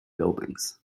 buildings